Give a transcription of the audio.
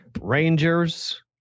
Rangers